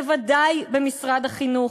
בוודאי במשרד החינוך,